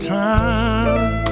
time